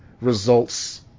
results